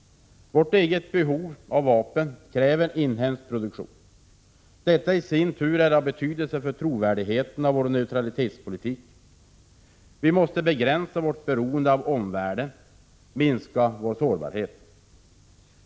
Vårt eget vapenbehov kräver inhemsk produktion. Detta i sin tur är av betydelse för trovärdigheten av vår neutralitetspolitik. Vi måste begränsa vårt beroende av omvärlden, minska vår sårbarhet.